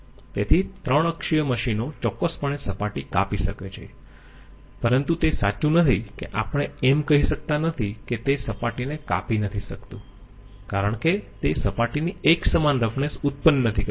તેથી 3 અક્ષીય મશીનો ચોક્કસપણે સપાટી કાપી શકે છે પરંતુ તે સાચું નથી કે આપણે એમ કહી શકતા નથી કે તે સપાટીને કાપી નથી શકતું કારણ કે તે સપાટીની એકસમાન રફનેસ ઉત્પન્ન નથી કરી કરતું